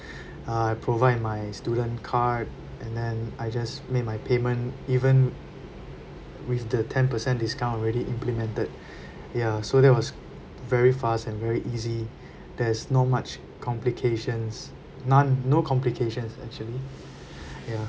uh I provide my student card and then I just made my payment even with the ten percent discount already implemented ya so that was very fast and very easy there's no much complications none no complications actually yeah